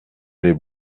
les